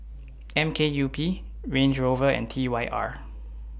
M K U P Range Rover and T Y R